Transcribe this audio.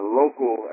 local